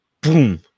Boom